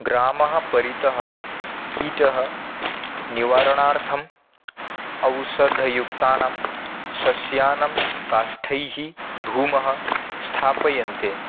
ग्रामं परितः कीटः निवारणार्थम् औषधयुक्तानां सस्यानां काष्ठैः धूमः स्थाप्यते